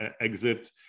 exit